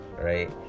right